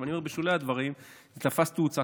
אני אומר, בשולי הדברים, שזה תפס תאוצה.